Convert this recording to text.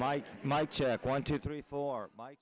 my my check point two three four my